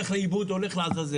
אז לך לאיבוד או לך לעזאזל.